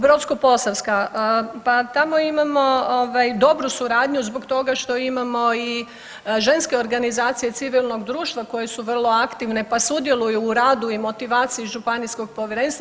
Brodsko-posavska, pa tamo imamo dobru suradnju zbog toga što imamo i ženske organizacije civilnog društva koje su vrlo aktivne pa sudjeluju u radu i motivaciji županijskog povjerenstva.